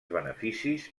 beneficis